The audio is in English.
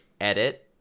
edit